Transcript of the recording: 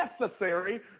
necessary